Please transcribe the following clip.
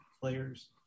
players